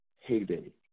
heyday